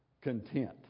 content